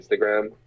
Instagram